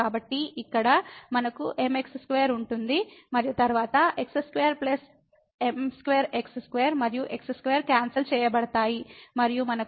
కాబట్టి ఇక్కడ మనకు mx2 ఉంటుంది మరియు తరువాత x2 m2x2 మరియు x2 క్యాన్సల్ చేయబడతాయి మరియు మనకు m1 m2 లభిస్తుంది